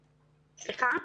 סליחה?